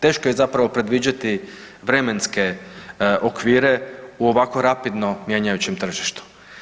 Teško je zapravo predviđati vremenske okvire u ovako rapidno mijenjajućem tržištu.